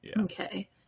Okay